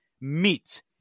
meet